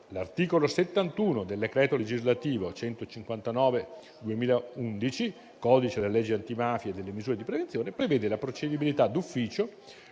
l'articolo 71 del decreto legislativo n. 159 del 2011 (codice delle leggi antimafia e delle misure di prevenzione) prevede la procedibilità d'ufficio,